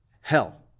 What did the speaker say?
hell